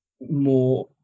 more